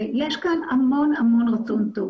ויש כאן המון המון רצון טוב.